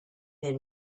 been